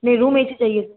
नहीं room AC चाहिए